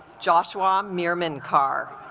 joshua um mirman car